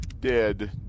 dead